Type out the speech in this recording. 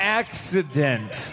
accident